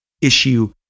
issue